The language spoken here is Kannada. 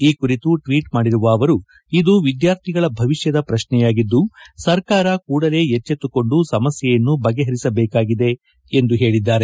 ಈ ಕುರಿತು ಟ್ವೀಟ್ ಮಾಡಿರುವ ಅವರು ಇದು ವಿದ್ಯಾರ್ಥಿಗಳ ಭವಿಷ್ಕದ ಪ್ರಕ್ನೆಯಾಗಿದ್ದು ಸರ್ಕಾರ ಕೂಡಲೆ ಎಜ್ಜೆತುಕೊಂಡು ಸಮಸ್ಕೆಯನ್ನು ಬಗೆಹರಿಸಬೇಕಾಗಿದೆ ಎಂದು ಹೇಳಿದ್ದಾರೆ